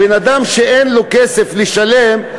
הבן-אדם שאין לו כסף לשלם,